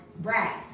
brass